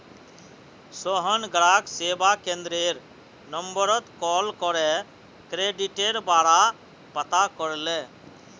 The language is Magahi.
सोहन ग्राहक सेवा केंद्ररेर नंबरत कॉल करे क्रेडिटेर बारा पता करले